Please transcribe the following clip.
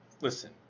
listen